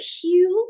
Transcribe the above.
cute